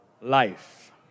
life